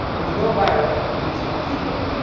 when you go viral, you reach more people.